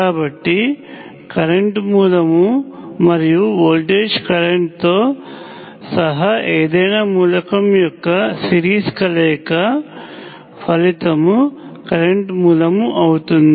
కాబట్టి కరెంట్ మూలం మరియు వోల్టేజ్ కరెంట్తో సహా ఏదైనా మూలకం యొక్క సిరిస్ కలయిక ఫలితము కరెంట్ మూలం అవుతుంది